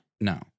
no